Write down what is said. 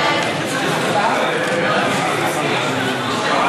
ההצעה להעביר את